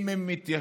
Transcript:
אם הם מתיישרים